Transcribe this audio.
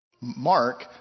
Mark